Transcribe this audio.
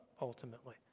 ultimately